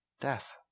death